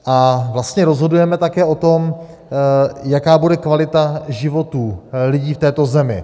A vlastně rozhodujeme také o tom, jaká bude kvalita životů lidí v této zemi.